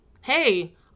Hey